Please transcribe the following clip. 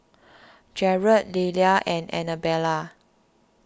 Jerad Lelia and Anabella